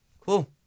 Cool